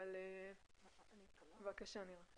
אמרתי